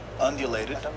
undulated